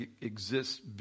exists